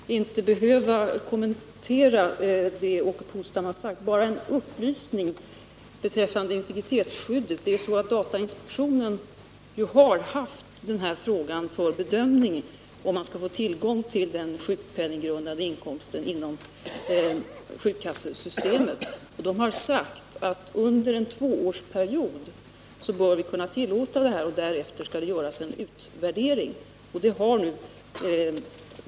Herr talman! Egentligen skulle jag inte behöva kommentera det Åke Polstam har sagt. Jag vill bara lämna en upplysning beträffande integritetsskyddet. Datainspektionen har haft uppe för bedömning frågan huruvida man skulle få tillgång till den sjukpenninggrundande inkomsten inom försäkringskassesystemet. Inspektionen har sagt att under en tvåårsperiod bör detta kunna tillåtas, och därefter skall det göras en utvärdering.